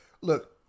Look